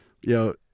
Yo